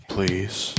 Please